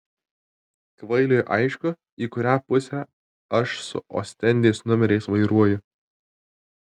kvailiui aišku į kurią pusę aš su ostendės numeriais vairuoju